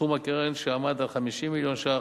סכום הקרן, שעמד על 50 מיליון ש"ח,